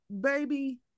baby